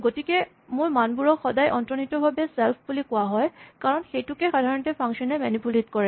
গতিকে মোৰ মানবোৰক সদায় অন্তনিহিতভাৱে ছেল্ফ বুলি কোৱা হয় কাৰণ সেইটোকে সাধাৰণতে ফাংচন এ মেনিপুলেট কৰে